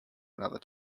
another